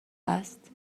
است